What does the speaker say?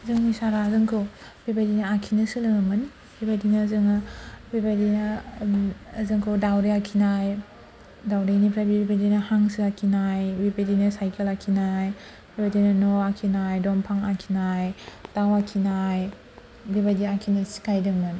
जोंनि सारआ जोंखौ बेबायदिनो आखिनो सोलोङोमोन बेबायदिनो जोङो बेबायदिनो जोंखौ दाउराय आखिनाय दाउदैनिफ्राय बेबादिनो हांसो आखिनाय बेबायदिनो सायखेल आखिनाय बेबायदिनो न' आखिनाय दंफां आखिनाय दाउ आखिनाय बेबायदि आखिनो सिखायदोंमोन